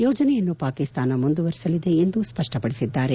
ಯೋಜನೆಯನ್ನು ಪಾಕಿಸ್ತಾನ ಮುಂದುವರೆಸಲಿದೆ ಎಂದು ಸ್ಪಷ್ಟಪಡಿಸಿದ್ದಾರೆ